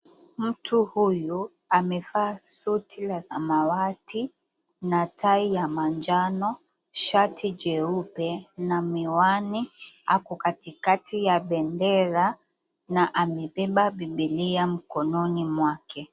Mtu huyu amevaa suti la samawati na tai ya manjano, shati jeupe na miwani, ako katikati ya bendera na amebeba biblia mkononi mwake.